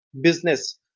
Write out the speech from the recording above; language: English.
business